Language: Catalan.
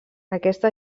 aquesta